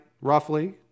roughly